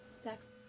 Sex